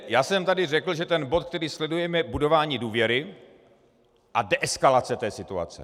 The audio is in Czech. Já jsem tady řekl, že bod, který sledujeme, je budování důvěry a deeskalace situace.